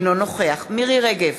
אינו נוכח מירי רגב,